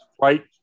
right